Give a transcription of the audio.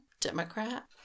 Democrat